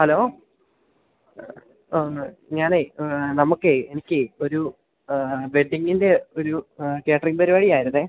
hello ഞാന് നമുക്ക് എനിക്ക് ഒരു വെഡ്ഡിംഗിൻ്റെ ഒരു കാറ്ററിംഗ് പരിപാടിയായിരുന്നു